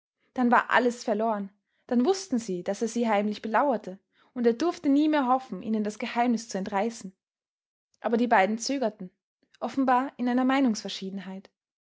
dann war alles verloren dann wußten sie daß er sie heimlich belauerte und er durfte nie mehr hoffen ihnen das geheimnis zu entreißen aber die beiden zögerten offenbar in einer meinungsverschiedenheit